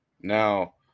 now